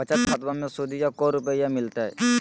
बचत खाताबा मे सुदीया को रूपया मिलते?